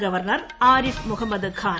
governor Arif Mohammad Khan